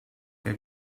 che